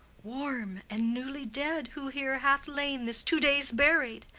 warm, and newly dead, who here hath lain this two days buried.